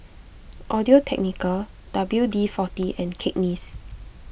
Audio Technica W D forty and Cakenis